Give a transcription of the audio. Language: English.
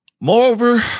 Moreover